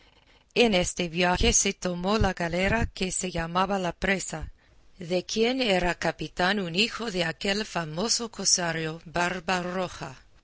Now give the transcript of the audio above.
en este viaje se tomó la galera que se llamaba la presa de quien era capitán un hijo de aquel famoso cosario